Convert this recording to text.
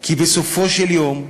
כי בסופו של דבר,